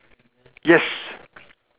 yes